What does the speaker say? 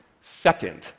second